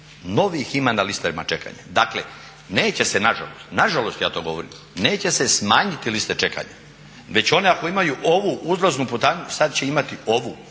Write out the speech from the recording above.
novih ima na listama čekanja. Dakle neće se nažalost, nažalost ja to govorim, neće se smanjiti liste čekanja već oni ako imaju ovu uzlaznu putanju sad će imati ovu,